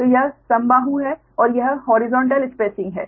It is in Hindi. तो यह समबाहु है और यह हॉरिजॉन्टल स्पेसिंग है